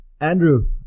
Andrew